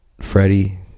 Freddie